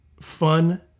fun